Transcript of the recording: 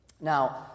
Now